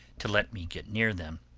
to let me get near them.